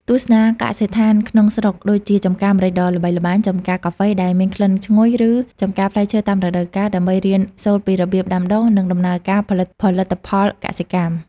ទស្សនាកសិដ្ឋានក្នុងស្រុក ដូចជាចម្ការម្រេចដ៏ល្បីល្បាញ ចម្ការកាហ្វេដែលមានក្លិនឈ្ងុយ ឬចម្ការផ្លែឈើតាមរដូវកាល ដើម្បីរៀនសូត្រពីរបៀបដាំដុះ និងដំណើរការផលិតផលិតផលកសិកម្ម។